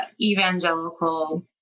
evangelical